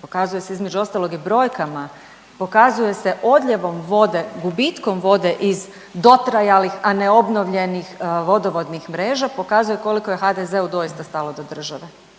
pokazuje se, između ostalog i brojkama, pokazuje se odljevom vode, gubitkom vode iz dotrajalih, a neobnovljenih vodovodnih mreža, pokazuje koliko je HDZ-u doista stalo do države.